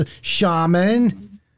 shaman